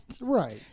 Right